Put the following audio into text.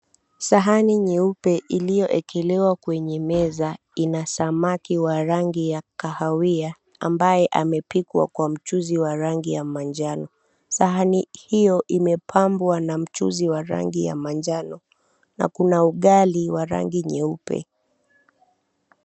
Sahani nyeupe iliyoekelewa kwenye meza ina samaki wa rangi ya kahawia ambaye amepikwa kwa mchuzi wa rangi ya manjano. Sahani hiyo imepambwa na mchuzi wa rangi ya manjano, na kuna ugali wa rangi nyeupe.